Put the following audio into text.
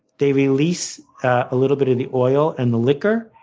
they release a little bit of the oil and the liquor,